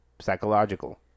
Psychological